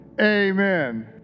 amen